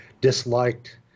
disliked